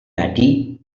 batty